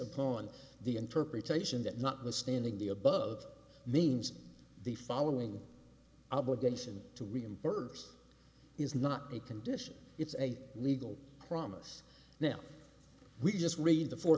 upon the interpretation that notwithstanding the above means the following obligation to reimburse is not a condition it's a legal promise now we just read the four